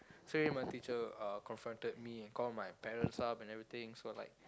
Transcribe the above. straightaway my teacher uh confronted me and call my parents up and everything so like